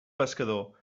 pescador